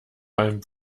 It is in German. beim